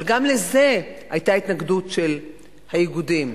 אבל גם לזה היתה התנגדות של האיגודים.